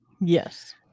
Yes